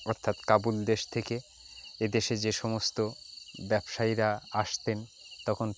অর্থাৎ কাবুল দেশ থেকে এদেশে যে সমস্ত ব্যবসায়ীরা আসতেন তখন